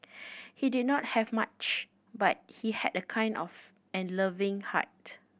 he did not have much but he had a kind of and loving heart